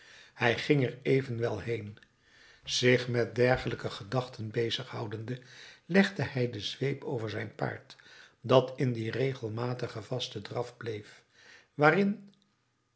hij ging er evenwel heen zich met dergelijke gedachten bezig houdende legde hij de zweep over zijn paard dat in dien regelmatigen vasten draf bleef waarin